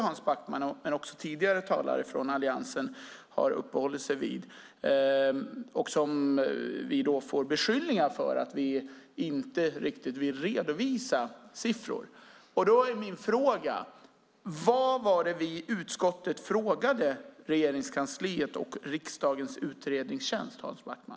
Hans Backman och också tidigare talare från Alliansen har uppehållit sig vid, och det är något som vi får beskyllningar för, att vi inte riktigt vill redovisa siffror. Min fråga är: Vad var det vi i utskottet frågade Regeringskansliet och riksdagens utredningstjänst, Hans Backman?